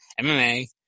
MMA